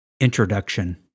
Introduction